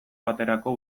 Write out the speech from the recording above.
baterako